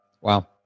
Wow